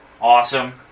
awesome